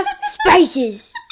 spices